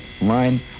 line